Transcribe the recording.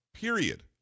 Period